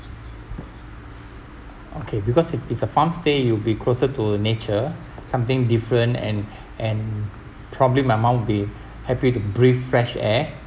okay because if it's a farm stay you'll be closer to nature something different and and probably my mum would be happy to breathe fresh air